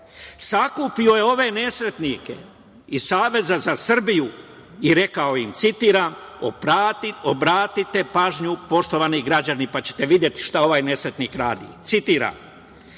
Sakupio je ove nesretnike iz Saveza za Srbiju i rekao im, obratite pažnju, poštovani građani, pa ćete videti šta ovaj nesretnik radi. Citiram: